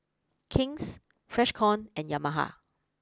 King's Freshkon and Yamaha